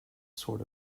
sort